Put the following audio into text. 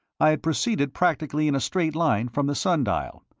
i had proceeded practically in a straight line from the sun-dial,